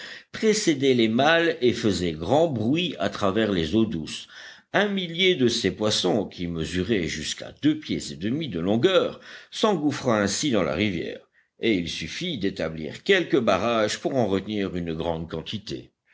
précédaient les mâles et faisaient grand bruit à travers les eaux douces un millier de ces poissons qui mesuraient jusqu'à deux pieds et demi de longueur s'engouffra ainsi dans la rivière et il suffit d'établir quelques barrages pour en retenir une grande quantité